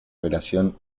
relación